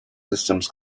systems